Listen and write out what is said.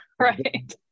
Right